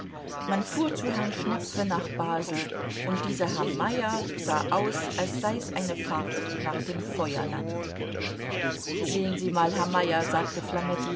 man fuhr zu herrn schnepfe nach basel und dieser herr meyer sah aus als sei's eine fahrt nach dem feuerland sehen sie mal herr meyer sagte